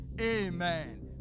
Amen